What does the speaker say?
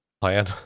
plan